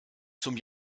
zum